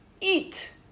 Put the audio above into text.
eat